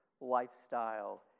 lifestyle